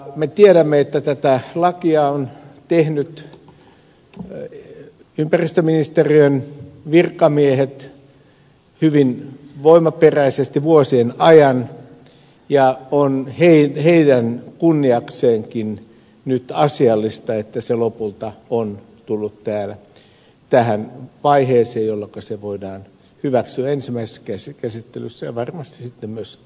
me tiedämme että tätä lakia ovat tehneet ympäristöministeriön virkamiehet hyvin voimaperäisesti vuosien ajan ja on heidän kunniakseenkin nyt asiallista että se lopulta on tullut tähän vaiheeseen jolloinka se voidaan hyväksyä ensimmäisessä käsittelyssä ja varmasti sitten myös toisessa